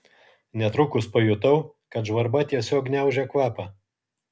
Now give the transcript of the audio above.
netrukus pajutau kad žvarba tiesiog gniaužia kvapą